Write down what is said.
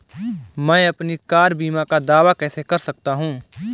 मैं अपनी कार बीमा का दावा कैसे कर सकता हूं?